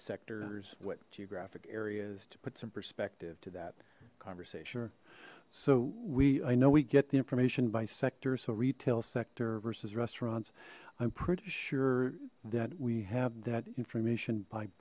sectors what geographic areas to put some perspective to that conversation so we i know we get the information by sector so retail sector versus restaurants i'm pretty sure that we have that information